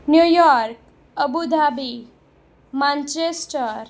New York Abu Dhabi Manchester